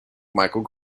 michael